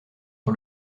sur